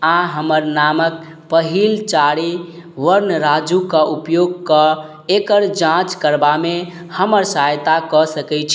आओर हमर नामके पहिल चारि वर्ण राजूके उपयोग कऽ एकर जाँच करबामे हमर सहायता कऽ सकै छी